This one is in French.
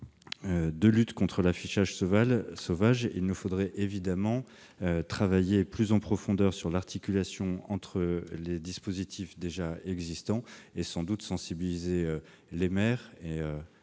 de lutte contre l'affichage sauvage, il nous faudrait travailler plus en profondeur sur l'articulation entre les dispositifs déjà existants et sans doute sensibiliser les maires-